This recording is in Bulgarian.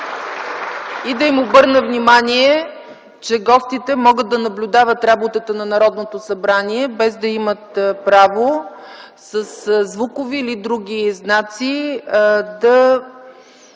Да им обърна внимание, че гостите могат да наблюдават работата на Народното събрание без да имат право със звукови или други знаци да